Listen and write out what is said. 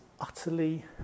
utterly